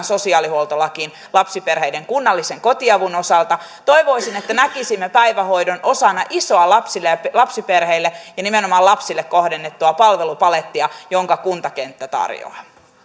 sosiaalihuoltolakiin lapsiperheiden kunnallisen kotiavun osalta toivoisin että näkisimme päivähoidon osana isoa lapsiperheille ja nimenomaan lapsille kohdennettua palvelupalettia jonka kuntakenttä tarjoaa